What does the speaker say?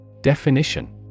Definition